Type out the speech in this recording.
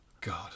God